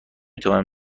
توانم